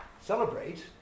celebrate